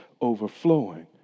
overflowing